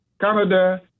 Canada